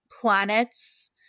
planets